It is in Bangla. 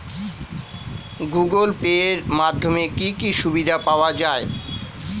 গুগোল পে এর মাধ্যমে কি কি সুবিধা পাওয়া যায়?